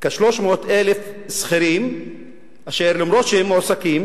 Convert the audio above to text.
שכ-300,000 שכירים אשר אף שהם מועסקים